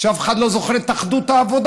שאף אחד לא זוכר את אחדות העבודה,